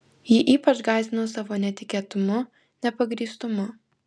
ji ypač gąsdino savo netikėtumu nepagrįstumu